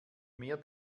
mehr